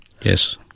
Yes